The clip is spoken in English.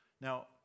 Now